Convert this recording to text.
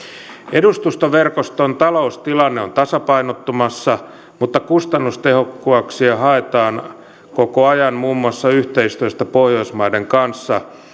edustustoverkoston taloustilanne on tasapainottumassa mutta kustannustehokkuuksia haetaan koko ajan muun muassa yhteistyöstä pohjoismaiden kanssa